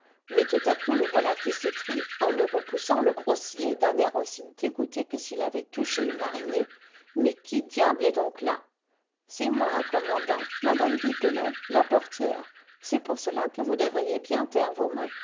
mais tout à coup le voilà qui s'écrie en me repoussant le grossier d'un air aussi dégoûté que s'il avait touché une araignée mais qui diable est donc là c'est moi commandant mme pipelet la portière c'est pour cela que vous devriez bien taire vos mains